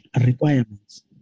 requirements